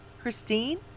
Christine